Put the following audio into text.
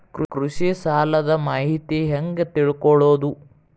ಕೃಷಿ ಸಾಲದ ಮಾಹಿತಿ ಹೆಂಗ್ ತಿಳ್ಕೊಳ್ಳೋದು?